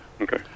Okay